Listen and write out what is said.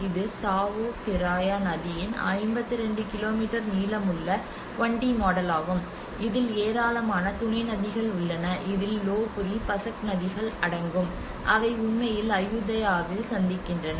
இது Chao Phraya நதியின் 52 kilometre நீளமுள்ள 1 டி மாடலாகும் இதில் ஏராளமான துணை நதிகள் உள்ளன இதில் லோபூரி பசக் நதிகள் அடங்கும் அவை உண்மையில் அயுதாயாவில் சந்திக்கின்றன